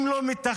אם לא מתכננים,